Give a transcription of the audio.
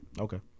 Okay